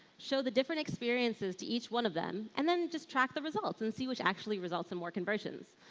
show the different experiences to each one of them. and then just track the results and see which actually results in more conversions.